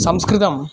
संस्कृतम्